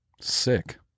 Sick